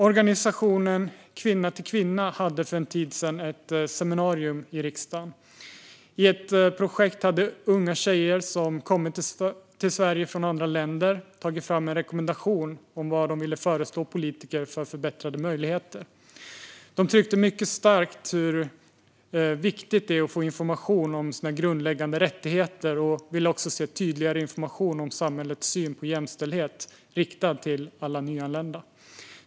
Organisationen Kvinna till Kvinna hade för en tid sedan ett seminarium i riksdagen. I ett projekt hade unga tjejer som kommit till Sverige från andra länder tagit fram förslag till politiker för förbättrade möjligheter. De tryckte mycket starkt på hur viktigt det är att man får information om sina grundläggande rättigheter och ville också se tydligare information om samhällets syn på jämställdhet riktad till alla nyanlända.